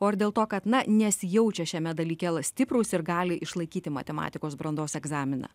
o ar dėl to kad na nesijaučia šiame dalyke la stiprūs ir gali išlaikyti matematikos brandos egzaminą